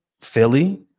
Philly